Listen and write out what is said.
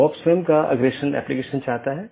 तो यह एक पूर्ण meshed BGP सत्र है